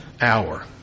hour